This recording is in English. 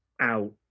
out